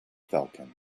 falcon